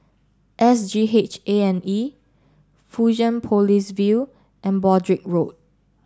S G H A and E Fusionopolis View and Broadrick Road